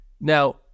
Now